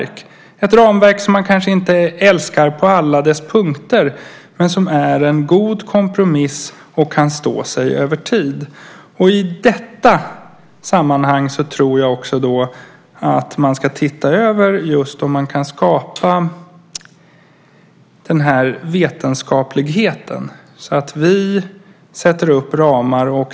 Det kan vara ett ramverk som man kanske inte älskar på alla dess punkter men som är en god kompromiss och som kan stå sig över tid. I detta sammanhang tror jag också att man ska titta över om det går att skapa "vetenskapligheten". Vi ska sätta upp ramar.